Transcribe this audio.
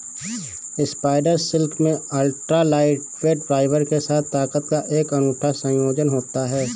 spider silk में ultra lightweight fibre के साथ ताकत का एक अनूठा संयोजन होता है